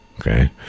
okay